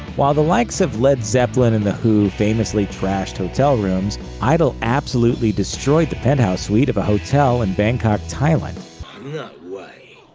while the likes of led zeppelin and the who famously trashed hotel rooms, idol absolutely destroyed the penthouse suite of a hotel in bangkok, thailand. no way.